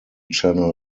channel